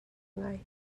ngai